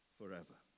forever